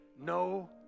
no